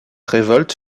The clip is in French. révolte